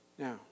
Now